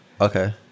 Okay